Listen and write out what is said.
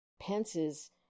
pence's